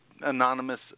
anonymous